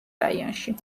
რაიონში